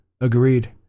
agreed